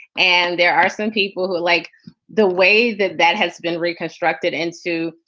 and there are some people who like the way that that has been reconstructed into.